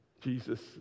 Jesus